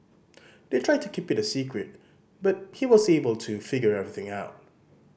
they tried to keep it a secret but he was able to figure everything out